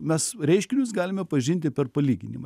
mes reiškinius galime pažinti per palyginimą